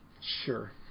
Sure